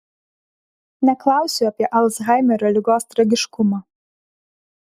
neklausiu apie alzhaimerio ligos tragiškumą